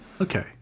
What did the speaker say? Okay